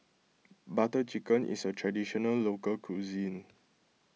Butter Chicken is a Traditional Local Cuisine